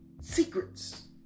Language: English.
secrets